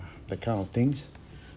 that kind of things